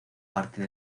parte